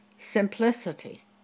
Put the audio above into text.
simplicity